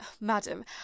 madam